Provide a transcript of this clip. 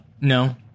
no